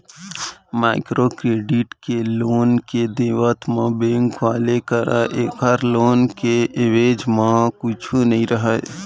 micro credit के loan के देवत म बेंक वाले करा ऐखर लोन के एवेज म कुछु नइ रहय